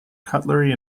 cutlery